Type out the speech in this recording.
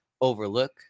overlook